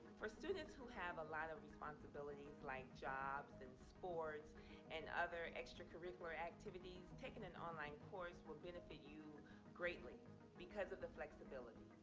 for students who have a lot of responsibilities, like jobs and sports and other extracurricular activities, taking an online course will benefit you greatly because of the flexibility.